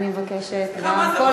חבר